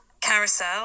carousel